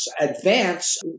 advance